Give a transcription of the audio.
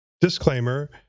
Disclaimer